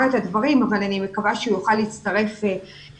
את הדברים אבל אני מקווה שהוא יוכל להצטרף בהמשך.